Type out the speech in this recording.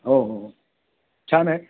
हो हो हो छान आहे